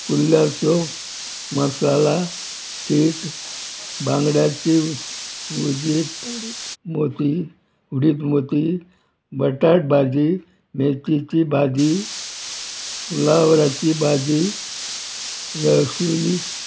कुल्ल्याचो मसाला शीत बांगड्याची उजीत मोती उडीद मोती बटाट भाजी मेची भाजी फुलावराची भाजी रसुली